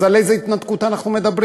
אז על איזו התנתקות אנחנו מדברים?